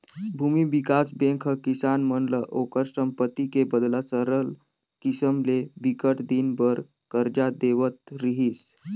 भूमि बिकास बेंक ह किसान मन ल ओखर संपत्ति के बदला सरल किसम ले बिकट दिन बर करजा देवत रिहिस